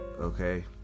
Okay